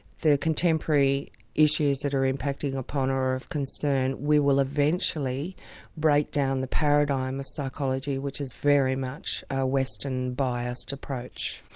the contemporary issues that are impacting upon are of concern, we will eventually break down the paradigm of psychology, which is very much a western-biased approach.